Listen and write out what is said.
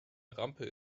rampe